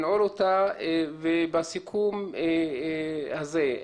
בסיכום הזה.